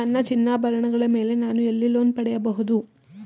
ನನ್ನ ಚಿನ್ನಾಭರಣಗಳ ಮೇಲೆ ನಾನು ಎಲ್ಲಿ ಲೋನ್ ಪಡೆಯಬಹುದು?